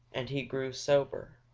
and he grew sober.